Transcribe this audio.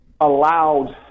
allowed